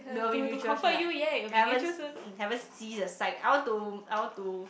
will be I haven't haven't see the side I want to I want to